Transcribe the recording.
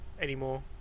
anymore